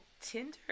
Tinder